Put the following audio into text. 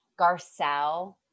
Garcelle